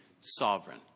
sovereign